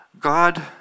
God